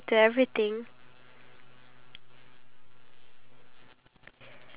oh it's okay then I was just looking around bye in the end I don't even get to bargain